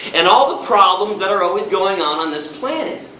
and all the problems that are always going on, on this planet.